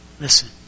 Listen